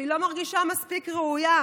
שהיא לא מרגישה מספיק ראויה,